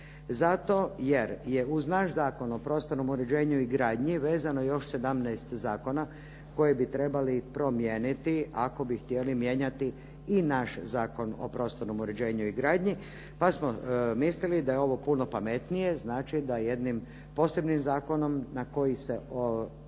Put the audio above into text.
zato jer je uz naš Zakon o prostornom uređenju i gradnji vezano još 17 zakona koje bi trebali promijeniti ako bi htjeli mijenjati i naš Zakon o prostornom uređenju i gradnji pa smo mislili da je ovo puno pametnije, znači da jednim posebnim zakonom na koji se odnosi